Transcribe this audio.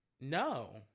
No